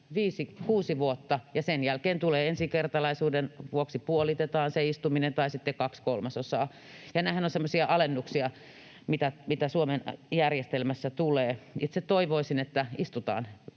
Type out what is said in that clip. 5, 6 vuotta, ja sen jälkeen ensikertalaisuuden vuoksi puolitetaan se istuminen tai sitten on kaksi kolmasosaa. Ja nämähän ovat semmoisia alennuksia, mitä Suomen järjestelmässä tulee. Itse toivoisin, että istutaan